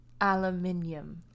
Aluminium